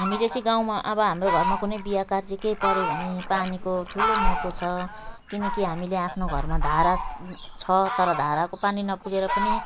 हामीले चाहिँ गाउँमा अब हाम्रो घरमा कुनै बिहा कार्य केही पऱ्यो भने पानीको ठुलो महत्व छ किनकि हामीले आफ्नो घरमा धारा छ तर धाराको पानी नपुगेर पनि